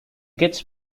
kids